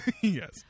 Yes